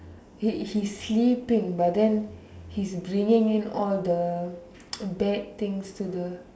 he he's sleeping but then he's bringing in all the bad things to the